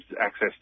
access